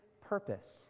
purpose